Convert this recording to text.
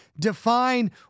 define